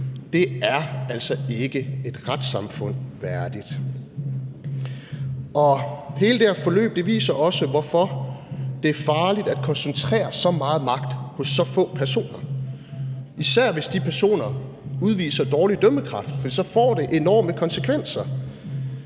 Det er altså ikke et retssamfund værdigt. Hele det her forløb viser også, hvorfor det er farligt at koncentrere så meget magt på så få personer, især hvis de personer udviser dårlig dømmekraft, for så får det enorme konsekvenser.